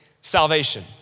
salvation